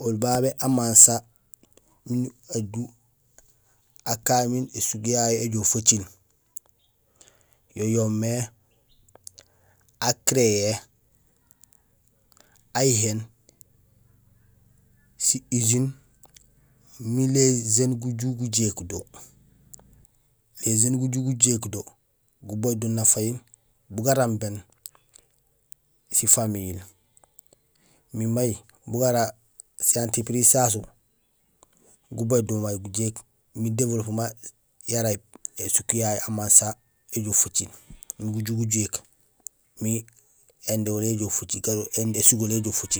Oli babé amansa miin aju akaan miin ésuk yayu éjoow faciil yo yoomé a créé, ayihéén si usine miin les jeunes guju gujéék do, les jeunes uju gujéék do, gobaaj do nafahil bu garambéén si famihil imbi may bugara si entreprise sasu gabaaj do may gujéék imbi développemenet yara ésuuk yayu amansa éjoow faciil imbi guju gujéék imbi indé oli, garool oli gujoow faciil, indé ésugoli éjoow faciil.